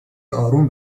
اروم